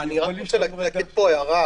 אני רוצה להעיר פה הערה